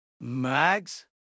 Mags